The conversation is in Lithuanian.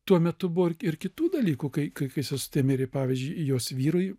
tuo metu buvo ir ir kitų dalykų kai kai sesutė mirė pavyzdžiui jos vyrui